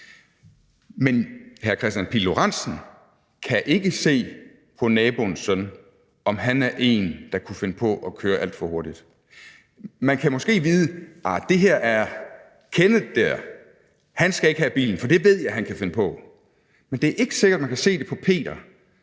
Men hr. Kristian Pihl Lorentzen kan ikke se på naboens søn, om han er en, der kunne finde på at køre alt for hurtigt. Man kan måske vide, at Kenneth dér ikke skal have bilen, for jeg ved, han kan finde på at køre for hurtigt. Men det er ikke sikkert, man kan se det på Peter,